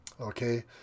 Okay